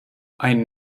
einen